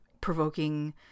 provoking